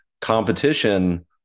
competition